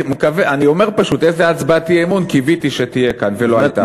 אני אומר פשוט איזו הצבעת אי-אמון קיוויתי שתהיה כאן ולא הייתה.